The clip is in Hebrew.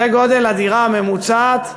זה גודל הדירה הממוצעת בישראל.